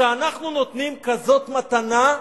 כשאנחנו נותנים כזאת מתנה,